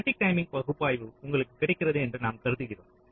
static timing பகுப்பாய்வி உங்களுக்குக் கிடைக்கிறது என்று நாம் கருதுகிறோம்